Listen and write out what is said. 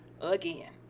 Again